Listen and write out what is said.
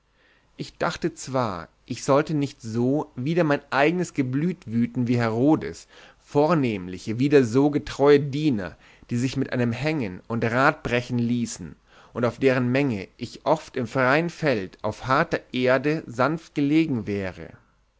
ich dachte zwar ich sollte nicht so wider mein eigen geblüt wüten wie herodes vornehmlich wider so getreue diener die sich mit einem hängen und radbrechen ließen und auf deren menge ich oft im freien feld auf harter erde sanft gelegen wäre